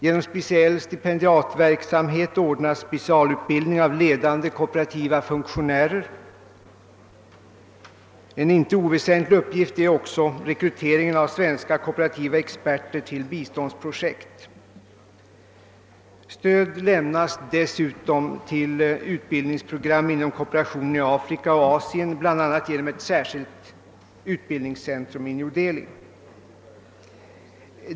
Genom spe ciell stipendiatverksamhet ordnas specialutbildning av ledande kooperativa funktionärer. En inte oväsentlig uppgift är rekrytering av svenska kooperativa experter till biståndsprojekt. Stöd lämnas dessutom till utbildningsprogram inom kooperationen i Afrika och Asien, bl.a. genom ett särskilt utbildningscentrum i New Delhi.